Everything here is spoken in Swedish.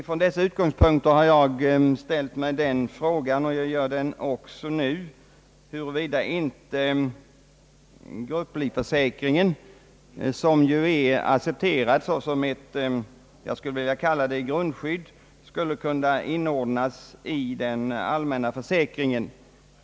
Från dessa utgångspunkter har jag ställt mig frågan huruvida inte grupplivförsäkringen, som ju har accepterats som något utav grundskydd, skulle kunna inordnas i den allmänna försäkringen.